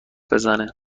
بزنه